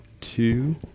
two